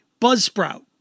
Buzzsprout